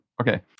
Okay